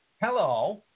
Hello